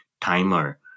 timer